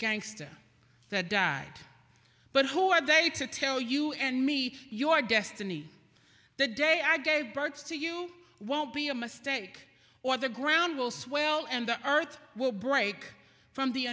gangster that died but who are they to tell you and me your destiny the day i gave birth to you won't be a mistake or the ground will swell and the earth will break from the